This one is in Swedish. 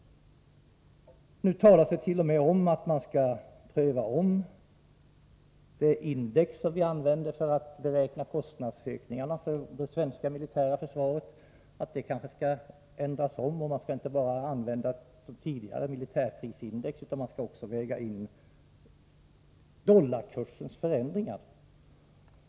Nu talas det t.o.m. om att man skall ompröva det index som användes för att beräkna kostnadsökningarna för det svenska militära försvaret. Det talas om att detta index kanske skall ändras och att man inte som tidigare bara skall använda militärprisindex utan också väga in dollarkursens förändringar.